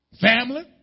Family